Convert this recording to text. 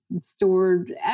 stored